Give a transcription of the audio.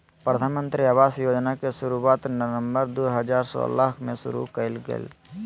प्रधानमंत्री आवास योजना के शुरुआत नवम्बर दू हजार सोलह में शुरु कइल गेलय